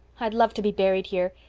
i'd love to be buried here.